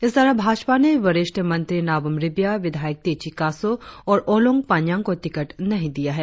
इस तरह भाजपा ने वरिष्ठ मंत्री नाबम रिबिया विधायक तेची कासो और ओलोंग पानियांग को टिकट नहीं दिया है